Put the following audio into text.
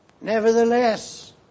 Nevertheless